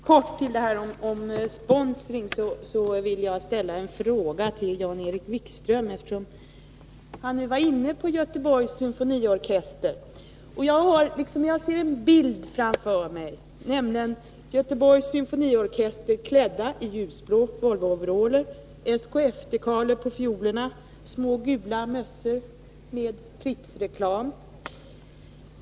Herr talman! För att fatta mig mycket kort om sponsorverksamheten vill jag ställa en fråga till Jan-Erik Wikström, eftersom han talade om Göteborgs symfoniorkester. Jag ser liksom en bild framför mig: Göteborgs symfoniorkesters medlemmar klädda i ljusblå Volvo-overaller, SKF-dekaler på fiolerna och små gula mössor med Prippsreklam.